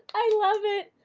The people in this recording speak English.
i love it.